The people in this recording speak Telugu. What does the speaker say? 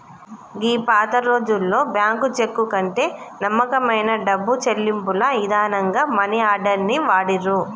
గీ పాతరోజుల్లో బ్యాంకు చెక్కు కంటే నమ్మకమైన డబ్బు చెల్లింపుల ఇదానంగా మనీ ఆర్డర్ ని వాడిర్రు